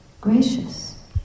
gracious